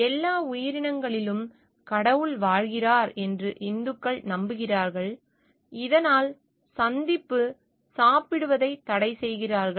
எல்லா உயிரினங்களிலும் கடவுள் வாழ்கிறார் என்று இந்துக்கள் நம்புகிறார்கள் இதனால் சந்திப்பு சாப்பிடுவதை தடை செய்கிறார்கள்